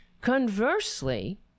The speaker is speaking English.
conversely